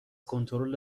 کنترل